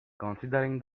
considering